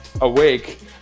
awake